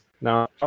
Now